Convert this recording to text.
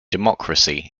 democracy